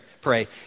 pray